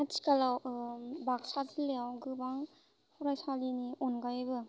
आथिखालाव बाक्सा जिल्लायाव गोबां फरायसालिनि अनगायैबो